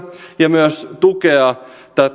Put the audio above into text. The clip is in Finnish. ja myös tukea tätä